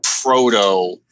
proto